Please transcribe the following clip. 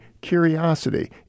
curiosity